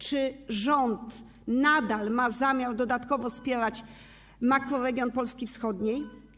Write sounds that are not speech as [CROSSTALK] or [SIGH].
Czy rząd nadal [NOISE] ma zamiar dodatkowo wspierać makroregion Polski wschodniej?